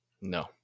No